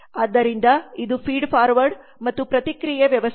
ಆದ್ದರಿಂದ ಇದು feed forward ಮತ್ತು ಪ್ರತಿಕ್ರಿಯೆ ವ್ಯವಸ್ಥೆ